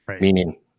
meaning